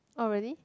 oh really